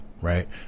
right